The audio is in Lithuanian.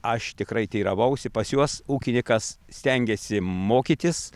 aš tikrai teiravausi pas juos ūkinykas stengiasi mokytis